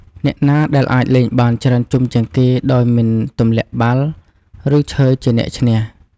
អ្នកណាដែលអាចលេងបានច្រើនជុំជាងគេដោយមិនទម្លាក់បាល់ ឬឈើជាអ្នកឈ្នះ។